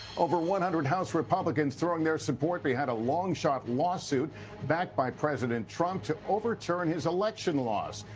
over one hundred house republicans throwing their support behind a long shot lawsuit backed by president trump to overturn his election loss.